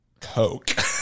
Coke